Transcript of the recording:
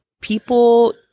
people